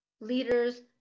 leaders